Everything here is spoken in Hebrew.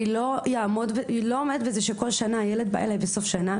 אני לא אעמוד בזה שכל שנה הילד בא אליי בסוף שנה,